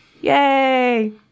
Yay